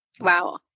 Wow